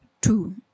two